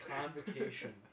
Convocation